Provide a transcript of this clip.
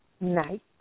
night